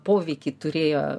poveikį turėjo